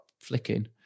flicking